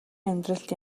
амьдралд